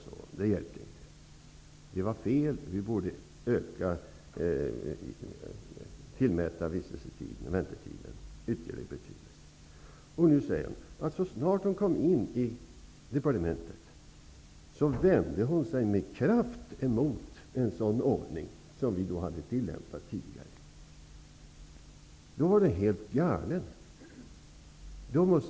Vad vi gjorde var fel, och vi borde ha tillmätt väntetiden högre värde. Nu säger Birgit Friggebo att så snart hon kom till departementet vände hon sig med kraft mot den ordning som hade tillämpats tidigare.